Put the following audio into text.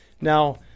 Now